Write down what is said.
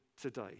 today